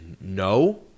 no